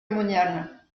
monial